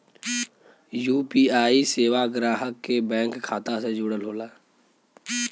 UPI सेवा ग्राहक के बैंक खाता से जुड़ल होला